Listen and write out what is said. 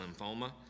lymphoma